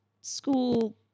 school